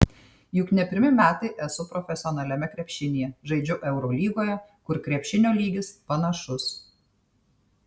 juk ne pirmi metai esu profesionaliame krepšinyje žaidžiu eurolygoje kur krepšinio lygis panašus